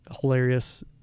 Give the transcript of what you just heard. hilarious